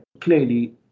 Clearly